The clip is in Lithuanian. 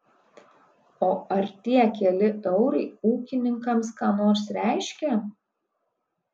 o ar tie keli eurai ūkininkams ką nors reiškia